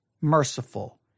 merciful